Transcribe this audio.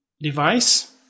device